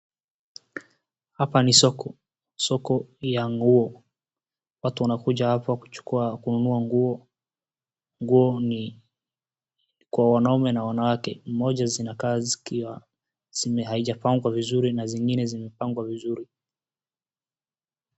Hapa ni soko. Soko ya nguo. Watu wanakuja hapa kuchukua, kununua nguo. Nguo ni kwa wanaume na wanawake. Pamoja zinakaa zikiwa zime, haijapangwa vizuri na zingine zimepangwa vizuri.